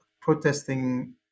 protesting